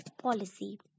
Policy